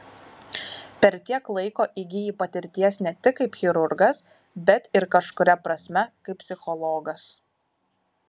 per tiek laiko įgyji patirties ne tik kaip chirurgas bet ir kažkuria prasme kaip psichologas